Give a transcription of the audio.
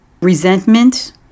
Resentment